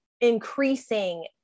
increasing